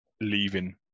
leaving